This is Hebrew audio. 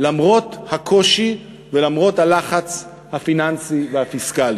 למרות הקושי ולמרות הלחץ הפיננסי והפיסקלי.